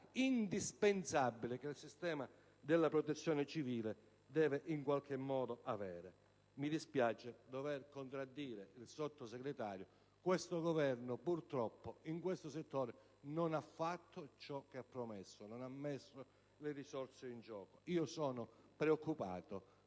indispensabile, che il sistema della protezione civile deve avere. Mi dispiace dover contraddire il Sottosegretario, ma l'attuale Governo, purtroppo, in questo settore, non ha fatto quanto ha promesso: non ha messo risorse in gioco. Io sono preoccupato